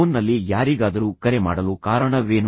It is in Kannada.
ಫೋನ್ ನಲ್ಲಿ ಯಾರಿಗಾದರೂ ಕರೆ ಮಾಡಲು ಕಾರಣವೇನು